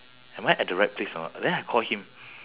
am I at the right place or not then I call him